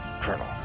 Colonel